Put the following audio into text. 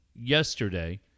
yesterday